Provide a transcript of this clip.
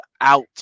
out